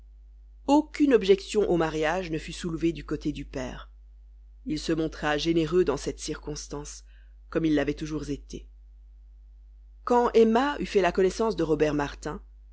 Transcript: aucune objection au mariage ne fut soulevée du côté du père il se montra généreux dans cette circonstance comme il l'avait toujours été quand emma eut fait la connaissance de robert martin